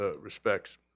respects